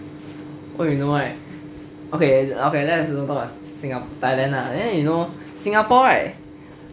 oh you know right okay okay let's don't talk about thailand lah then you know singapore right